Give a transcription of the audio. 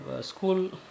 school